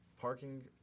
Parking